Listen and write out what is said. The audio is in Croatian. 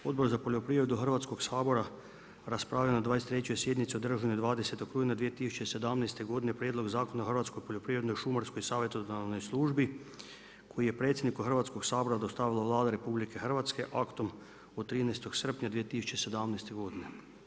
Odbor za poljoprivredu Hrvatskog sabora raspravio je na 23. sjednici održanoj 20. rujna 2017. godine Prijedlog zakona o Hrvatskoj poljoprivredno-šumarskoj savjetodavnoj službi koji je predsjedniku Hrvatskog sabora dostavila Vlada RH aktom od 13. srpnja 2017. godine.